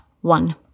one